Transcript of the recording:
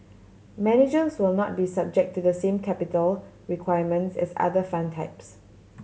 managers will not be subject to the same capital requirements as other fund types